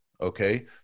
okay